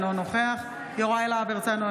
אינו נוכח יוראי להב הרצנו,